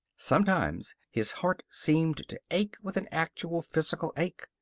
sometimes his heart seemed to ache with an actual physical ache.